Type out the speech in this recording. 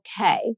okay